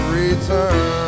return